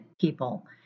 people